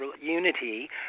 unity